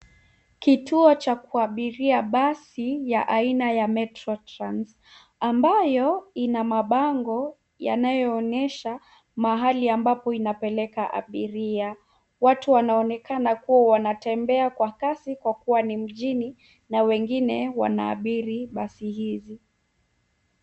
Kituo cha kuabiria basi ya aina ya Metro Trans, ambayo ina mabango yanayoonyesha mahali ambapo inapeleka abiria. Watu wanaonekana kuwa wanatembea kwa kasi kwa kuwa ni mjini na wengine wanaabiri basi hizi.